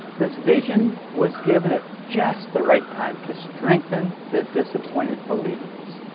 this vision was given at just the right time to strengthen the disappointed believers.